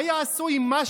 מה יעשו עם מה?